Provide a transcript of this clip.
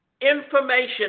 information